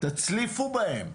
תצליפו בהם.